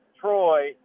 Troy